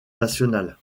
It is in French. nationale